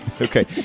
okay